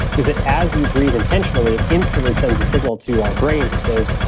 is that as you breathe intentionally, it instantly sends a signal to our brains that says,